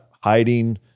hiding